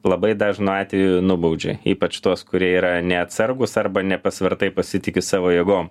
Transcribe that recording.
labai dažnu atveju nubaudžia ypač tuos kurie yra neatsargūs arba nepasvertai pasitiki savo jėgom